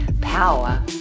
power